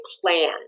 plan